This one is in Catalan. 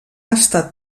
estat